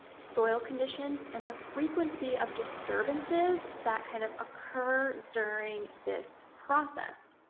soil conditions, and the frequency of disturbances that kind of occur during this process.